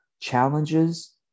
challenges